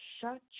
Shut